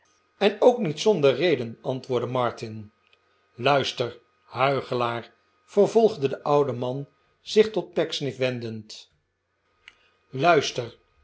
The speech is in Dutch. en ook niet zonder reden antwoordde martin luister huichelaar vervolgde de oude man zich tot pecksniff wendend luister